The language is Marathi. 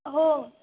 हो